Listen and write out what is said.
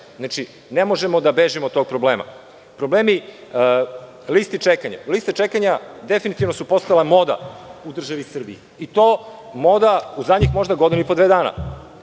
rešimo. Ne možemo da bežimo od tih problema. Problemi su i liste čekanja. Liste čekanja su definitivno postale moda u državi Srbiji i to moda u zadnjih godinu i po, dve dana.